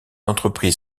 entreprise